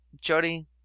Jody